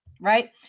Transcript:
right